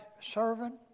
servant